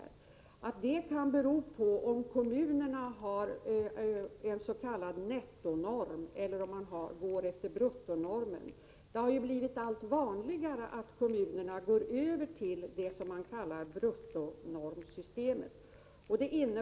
Då vill jag säga att jag tror att det kan bero på om kommunerna följer en s.k. nettonorm eller om de följer bruttonormen. Det har ju blivit allt vanligare att kommunerna går över till det s.k. bruttonormssystemet.